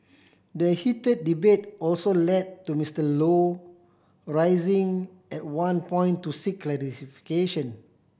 the heated debate also led to Mister Low rising at one point to seek